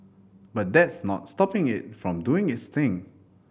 but that's not stopping it from doing its thing